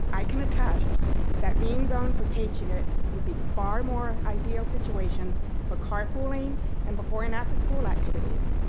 i can attest that being zoned for patriot would be far more ideal situation for carpooling and before and after school activities.